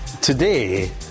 today